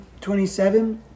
27